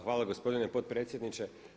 Hvala gospodine potpredsjedniče.